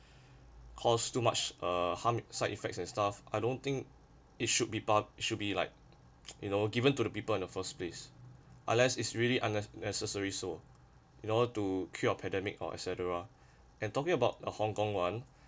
cause too much uh harm and side effects and stuff I don't think it should be pub~ should be like you know given to the people in the first place unless it's really unnecessary so in order to cure a pandemic or etcetera and talking about a hong kong one